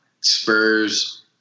Spurs